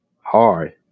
hard